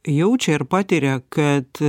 jaučia ir patiria kad